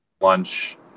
lunch